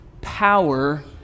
power